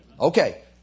Okay